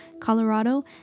Colorado